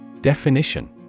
Definition